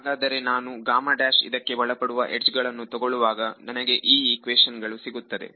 ಹಾಗಾದರೆ ನಾನು ಇದಕ್ಕೆ ಒಳಪಡುವ ಯಡ್ಜ್ಗಳನ್ನು ತಗೊಳ್ಳುವಾಗ ನನಗೆ ಈ ಇಕ್ವೇಶನ್ ಗಳು ಸಿಗುತ್ತದೆ